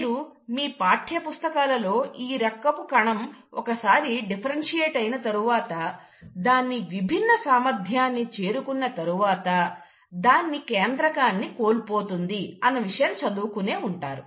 మీరు మీ పాఠ్యపుస్తకాలలో ఈ రకపు కణం ఒకసారి డిఫరెన్షియేట్ అయిన తరువాత దాని విభిన్న సామర్థ్యాన్ని చేరుకున్న తరువాత దాని కేంద్రకాన్ని కోల్పోతుంది అన్న విషయాన్ని చదువుకునే ఉంటారు